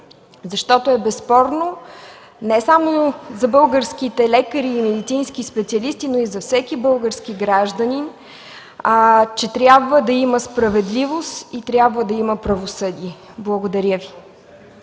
срок. Безспорно е не само за българските лекари и медицински специалисти, но и за всеки български гражданин, че трябва да има справедливост и трябва да има правосъдие! Благодаря Ви.